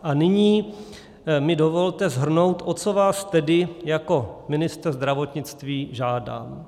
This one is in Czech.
A nyní mi dovolte shrnout, o co vás tedy jako ministr zdravotnictví žádám.